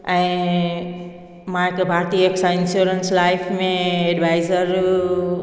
ऐं मां हिकु भाटीअ सां इनश्योरैंस लाइफ में एडवाइज़र